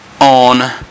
on